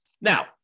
Now